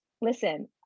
listen